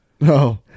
No